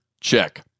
check